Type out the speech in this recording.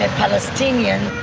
and palestinian.